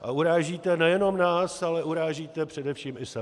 A urážíte nejenom nás, ale urážíte především i sebe.